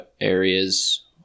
areas